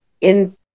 in-